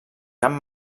camp